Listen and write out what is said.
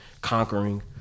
conquering